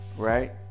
Right